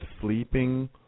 sleeping